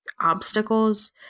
obstacles